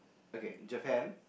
okay Japan